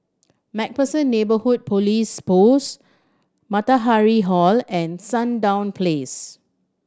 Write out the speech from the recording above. Macpherson Neighbourhood Police Post Matahari Hall and Sandown Place